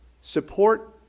Support